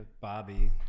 Bobby